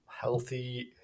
healthy